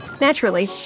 Naturally